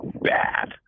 bad